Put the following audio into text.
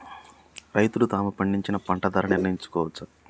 రైతులు తాము పండించిన పంట ధర నిర్ణయించుకోవచ్చా?